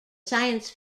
science